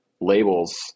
labels